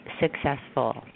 successful